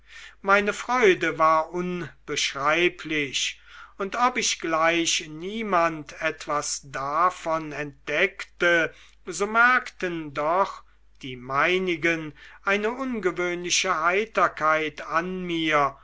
meine freude war unbeschreiblich und ob ich gleich niemand etwas davon entdeckte so merkten doch die meinigen eine ungewöhnliche heiterkeit an mir